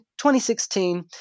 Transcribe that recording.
2016